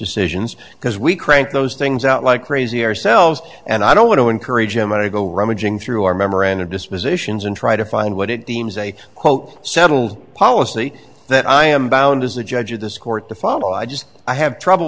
decisions because we crank those things out like crazy ourselves and i don't want to encourage him to go rummaging through our memorandum dispositions and try to find what it deems a quote settled policy that i am bound as a judge of this court to follow i just i have trouble